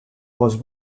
was